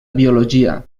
biologia